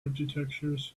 architectures